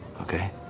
okay